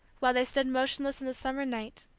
while they stood motionless in the summer night,